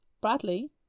Bradley